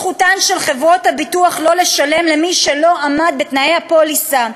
זכותן של חברות הביטוח לא לשלם למי שלא עמד בתנאי הפוליסה.